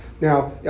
Now